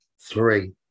Three